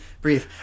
breathe